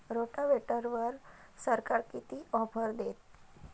रोटावेटरवर सरकार किती ऑफर देतं?